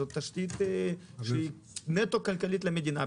זאת תשתית כלכלית נטו למדינה.